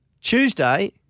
Tuesday